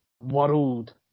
world